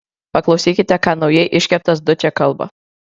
paklausykite ką naujai iškeptas dučė kalba